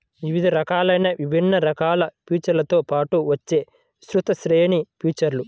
వివిధ రకాలైన విభిన్న రకాల ఫీచర్లతో పాటు వచ్చే విస్తృత శ్రేణి ఫీచర్లు